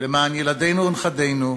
למען ילדינו ונכדינו,